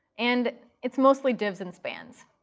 and it's mostly divs and spans.